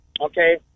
Okay